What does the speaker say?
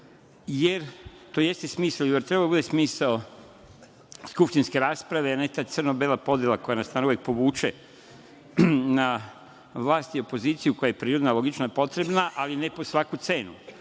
jer to jeste smisao, treba da bude smisao skupštinske rasprave, a ne ta crno bela podela koja nas povuče, na vlasti opoziciju, koja je prirodna, logična i potrebna, ali ne po svaku cenu. Pre